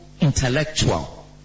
intellectual